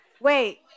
Wait